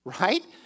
right